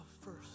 first